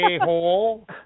a-hole